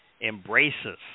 embraces